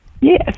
Yes